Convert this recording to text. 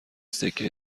سکه